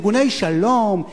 ארגוני שלום,